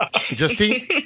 Justine